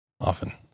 often